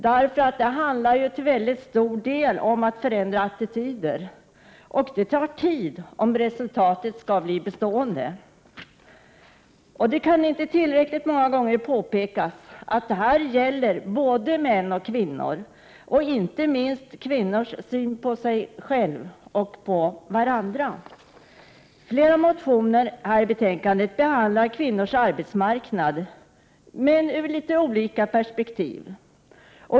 Det handlar till mycket stor del om att förändra attityder, och det tar tid om resultatet skall bli bestående. Det kan ej tillräckligt många gånger påpekas att detta gäller både män och kvinnor och inte minst kvinnors syn på sig själva och varandra. Flera motioner behandlar kvinnors arbetsmarknad fastän ur olika perspektiv.